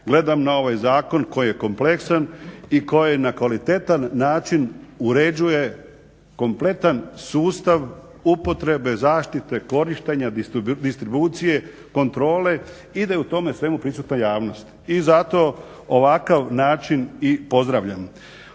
gledam na ovaj zakon koji je kompleksan i koji na kvalitetan način uređuje kompletan sustav upotrebe zaštite, korištenja, distribucije, kontrole i da je u tome svemu prisutna javnost. I zato ovakav način i pozdravljam.